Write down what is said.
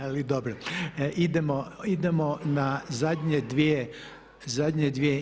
Ali dobro, idemo na zadnje dvije.